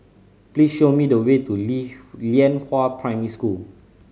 please show me the way to Lianhua Primary School